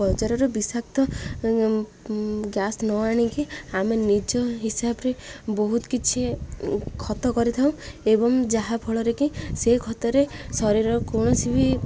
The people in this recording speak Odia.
ବଜାରରୁ ବିଷାକ୍ତ ଗ୍ୟାସ୍ ନ ଆଣିକି ଆମେ ନିଜ ହିସାବରେ ବହୁତ କିଛି ଖତ କରିଥାଉ ଏବଂ ଯାହାଫଳରେକି ସେ ଖତରେ ଶରୀରର କୌଣସି ବି